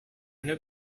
have